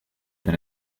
than